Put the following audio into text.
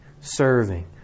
serving